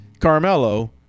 Carmelo